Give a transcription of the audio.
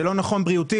זה לא נכון בריאותית.